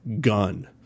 gun